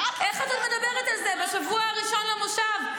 איך את עוד מדברת על זה בשבוע הראשון למושב?